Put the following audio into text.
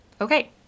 Okay